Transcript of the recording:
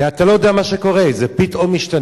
כי אתה לא יודע מה קורה, זה פתאום משתנה.